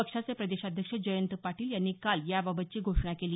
पक्षाचे प्रदेशाध्यक्ष जयंत पाटील यांनी काल याबाबतची घोषणा केली